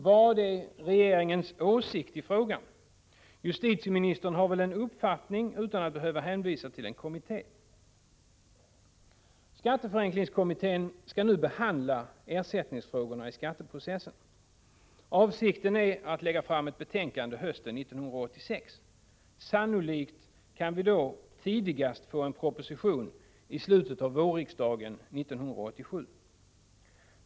Vad är regeringens åsikt i frågan? Justitieministern har väl en uppfattning utan att behöva hänvisa till en kommitté. Skatteförenklingskommittén skall nu behandla frågorna om ersättning i skatteprocesser. Avsikten är att lägga fram ett betänkande hösten 1986. Sannolikt kan vi då få en proposition tidigast i slutet av våren under riksmötet 1986/87.